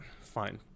Fine